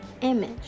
image